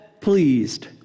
pleased